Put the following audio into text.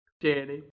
Danny